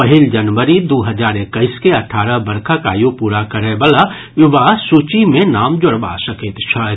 पहिल जनवरी दू हजार एक्कैस के अठारह वर्षक आयु पूरा करयवला युवा सूची मे नाम जोड़बा सकैत छथि